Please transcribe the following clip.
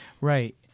Right